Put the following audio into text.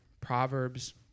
proverbs